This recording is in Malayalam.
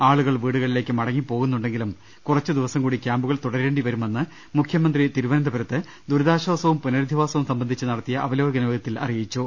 ആളുകൾ വീടുകളിലേക്ക് മടങ്ങിപ്പോകുന്നു ണ്ടെങ്കിലും കുറച്ചുദിവസംകൂടി ക്യാമ്പുകൾ തുടരേണ്ടിവരുമെന്ന് മുഖ്യമന്ത്രി തിരുവനന്തപുരത്ത് ദുരിതാശ്ചാസവും പുനരധിവാസവും സ്ംബന്ധിച്ച് നട ത്തിയ അവലോകന യോഗത്തിൽ അറിയിച്ചു